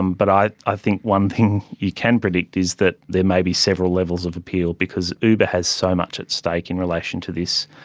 um but i i think one thing you can predict is that there may be several levels of appeal because uber has so much at stake in relation to this,